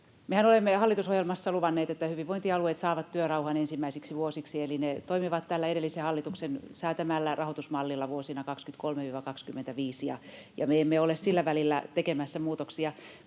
Mehän olemme jo hallitusohjelmassa luvanneet, että hyvinvointialueet saavat työrauhan ensimmäisiksi vuosiksi, eli ne toimivat tällä edellisen hallituksen säätämällä rahoitusmallilla vuosina 23—25, ja me emme ole sillä välillä tekemässä muutoksia.